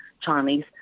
Chinese